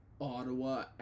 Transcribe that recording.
Ottawa